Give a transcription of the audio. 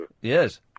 Yes